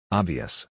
obvious